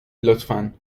لطفا